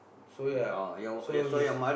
so ya so he's